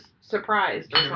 surprised